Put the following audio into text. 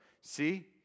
see